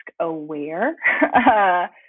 aware